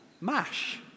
Mash